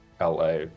la